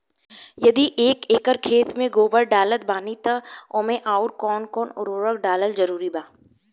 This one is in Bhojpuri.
यदि एक एकर खेत मे गोबर डालत बानी तब ओमे आउर् कौन कौन उर्वरक डालल जरूरी बा?